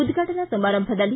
ಉದ್ಘಾಟನಾ ಸಮಾರಂಭದಲ್ಲಿ